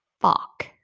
fuck